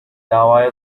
davaya